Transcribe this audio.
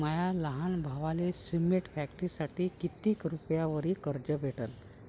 माया लहान भावाले सिमेंट फॅक्टरीसाठी कितीक रुपयावरी कर्ज भेटनं?